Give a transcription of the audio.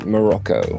Morocco